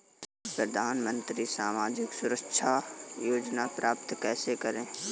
प्रधानमंत्री सामाजिक सुरक्षा योजना प्राप्त कैसे करें?